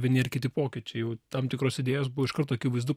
vieni ar kiti pokyčiai jau tam tikros idėjos buvo iškart akivaizdu